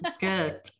Good